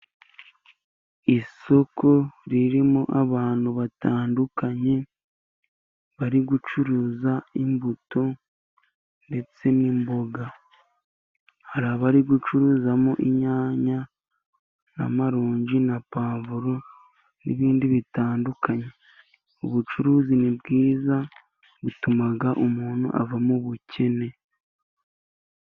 Isoko ririmo abantu batandukanye bari gucuruza imbuto ndetse n'imboga, hari abari gucuruzamo inyanya, n' amaronji, na pavuro n'ibindi bitandukanye. Ubucuruzi ni bwiza, butuma umuntu ava mu bukene.